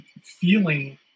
feeling